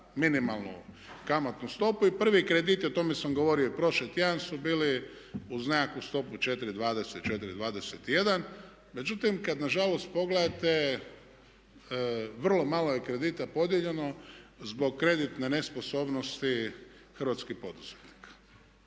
minimalnu kamatnu stopu i prvi krediti, o tome sam govorio i prošli tjedan, su bili uz nekakvu stopu 4,20, 4,21. Međutim, kad nažalost pogledate vrlo malo je kredita podijeljeno zbog kreditne nesposobnosti hrvatskih poduzetnika.